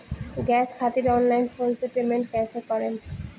Gas खातिर online phone से payment कैसे करेम?